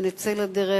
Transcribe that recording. ונצא לדרך.